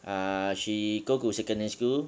err she go to secondary school